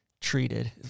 treated